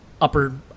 upper